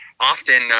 Often